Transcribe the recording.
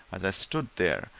as i stood there,